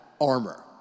armor